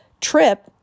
trip